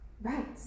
Right